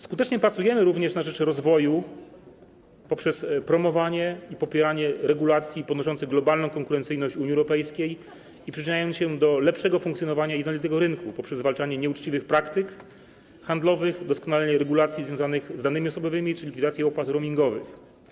Skutecznie pracujemy również na rzecz rozwoju poprzez promowanie i popieranie regulacji zwiększających globalną konkurencyjność Unii Europejskiej i przyczyniających się do lepszego funkcjonowania jednolitego rynku poprzez zwalczanie nieuczciwych praktyk handlowych, doskonalenie regulacji związanych z danymi osobowymi czy likwidację opłat roamingowych.